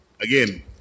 Again